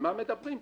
על מה מדברים פה?